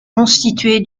constitué